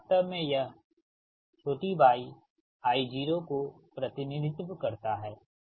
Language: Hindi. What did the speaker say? और वास्तव में यह yi0को प्रतिनिधित्व करता है